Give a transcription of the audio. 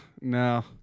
no